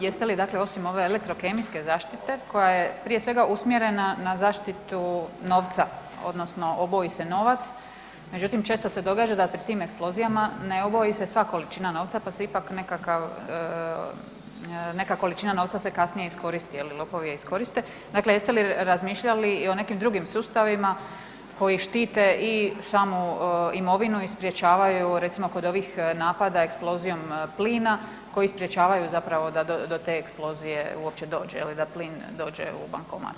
Jeste li dakle osim ove recimo elektrokemijske zaštite koja je prije svega usmjerena na zaštitu novca odnosno oboji se novac, međutim često se događa da pri tim eksplozijama ne oboji se sva količina novca, pa se ipak neka količina novca se kasnije iskoristi jel' lopovi je iskoriste, dakle jeste li razmišljali i o nekim drugim sustavima koji štite i samu imovinu i sprječavaju recimo kod ovih napada eksplozijom plina koji sprječavaju zapravo da do te eksplozije uopće dođe je li da plin dođe u bankomat?